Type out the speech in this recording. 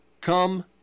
Come